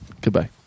goodbye